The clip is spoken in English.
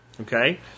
Okay